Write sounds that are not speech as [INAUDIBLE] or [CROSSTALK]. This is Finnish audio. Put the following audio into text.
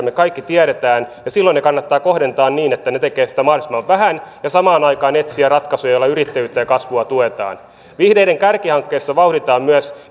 [UNINTELLIGIBLE] me kaikki tiedämme ja silloin ne kannattaa kohdentaa niin että ne tekevät sitä mahdollisimman vähän ja samaan aikaan etsiä ratkaisuja joilla yrittäjyyttä ja kasvua tuetaan vihreiden kärkihankkeissa vauhditetaan myös [UNINTELLIGIBLE]